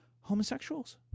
homosexuals